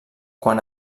quan